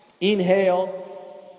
inhale